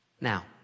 Now